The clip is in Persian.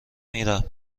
میرم